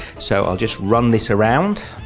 so i'll just run this around.